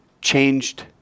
changed